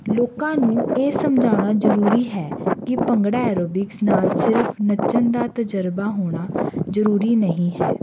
ਲੋਕਾਂ ਨੂੰ ਇਹ ਸਮਝਾਉਣਾ ਜਰੂਰੀ ਹੈ ਕਿ ਭੰਗੜਾ ਐਰੋਬਿਕਸ ਨਾਲ ਸਿਰਫ ਨੱਚਣ ਦਾ ਤਜਰਬਾ ਹੋਣਾ ਜਰੂਰੀ ਨਹੀਂ ਹੈ